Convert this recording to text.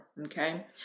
okay